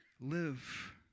live